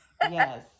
yes